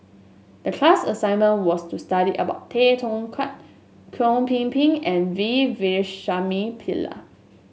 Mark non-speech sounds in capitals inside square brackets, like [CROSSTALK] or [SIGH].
the class assignment was to study about Tay Teow Kiat Chow Ping Ping and V Wish [UNINTELLIGIBLE] Pillai